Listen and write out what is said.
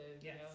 yes